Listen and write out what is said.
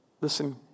Listen